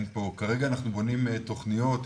כרגע אנחנו בונים תוכניות,